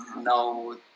No